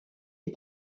est